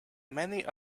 many